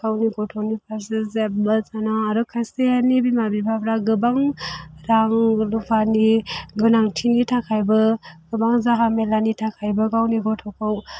गावनि गथ'नि फारसे जेब्बो साना आरो खायसेनि बिमा बिफाफ्रा गोबां रां रुफानि गोनांथिनि थाखायबो गोबां जाहामेलानि थाखायबो गावनि गथ'खौ